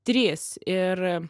trys ir